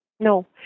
No